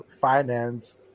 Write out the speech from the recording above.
finance